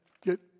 get